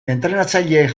entrenatzaileek